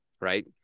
right